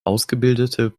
ausgebildete